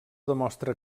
demostra